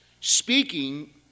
speaking